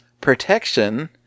protection